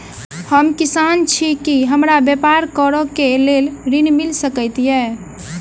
हम किसान छी की हमरा ब्यपार करऽ केँ लेल ऋण मिल सकैत ये?